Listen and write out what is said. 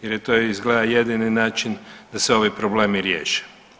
Jer je to izgleda jedini način da se ovaj problem i riješi.